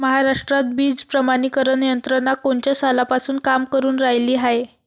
महाराष्ट्रात बीज प्रमानीकरण यंत्रना कोनच्या सालापासून काम करुन रायली हाये?